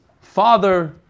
father